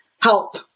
help